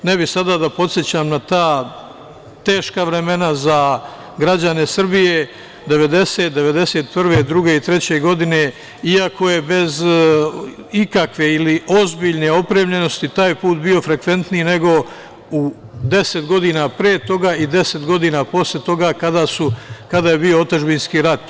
Ne bih sada da podsećam na ta teška vremena za građane Srbije, 1990, 1991, 1992. i 1993. godine iako je bez ikakve ili ozbiljne opravdanosti taj put bio frekventniji nego deset godina pre toga i deset godina posla toga, kada je bio otadžbinski rat.